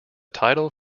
title